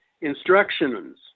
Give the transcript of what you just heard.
instructions